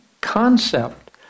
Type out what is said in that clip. concept